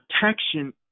protection